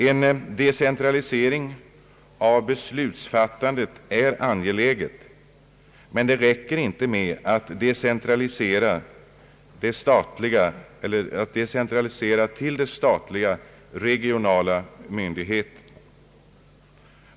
En decentralisering av beslutsfattandet är angelägen, men det räcker inte med att decentralisera till statliga regionala myndigheter.